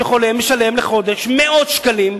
שחולה משלם לחודש מאות שקלים,